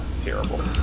terrible